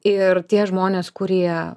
ir tie žmonės kurie